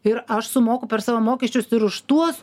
ir aš sumoku per savo mokesčius ir už tuos